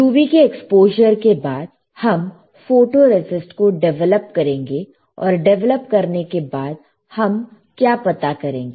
UV के exposure के बाद हम फोटोरेसिस्ट को डेवलप करेंगे और डिवेलप करने के बाद हम क्या पता करेंगे